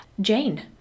Jane